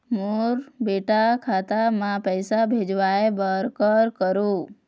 मोर बेटा खाता मा पैसा भेजवाए बर कर करों?